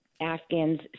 Afghans